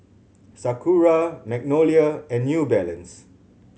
Sakura Magnolia and New Balance